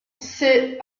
ses